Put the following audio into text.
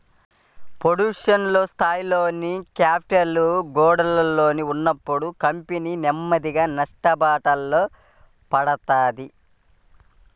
production స్థాయిలోనే capital గోడౌన్లలో ఉన్నప్పుడు కంపెనీ నెమ్మదిగా నష్టాలబాట పడతది